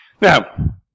Now